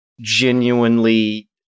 genuinely